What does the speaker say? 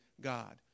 God